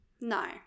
No